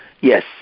Yes